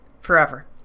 forever